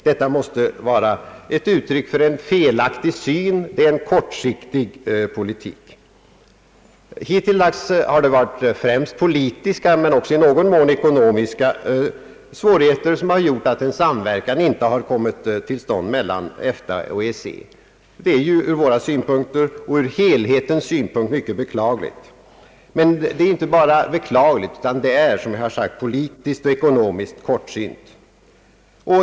Detta måste vara ett uttryck för en felaktig syn. Det är en kortsiktig politik. Hittills har det varit främst politiska, men också i någon mån ekonomiska svårigheter som gjort att en samverkan inte kommit till stånd mellan EFTA och EEC. Det är ju ur våra synpunkter och ur helhetens synpunkter mycket beklagligt. Ja, det är inte bara beklagligt, utan det är politiskt och ekonomiskt kortsynt.